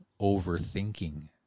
overthinking